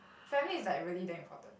family is like really damn important